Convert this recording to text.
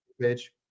page